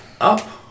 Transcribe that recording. up